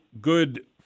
good